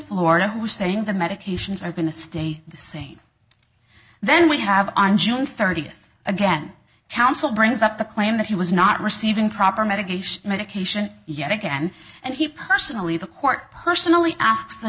florida who saying the medications are going to stay the same then we have on june thirtieth again counsel brings up the claim that he was not receiving proper medication medication yet again and he personally the court personally asks the